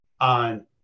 on